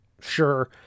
sure